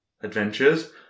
adventures